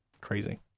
crazy